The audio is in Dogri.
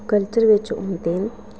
कल्चर बिच्च होंदे न